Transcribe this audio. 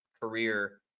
career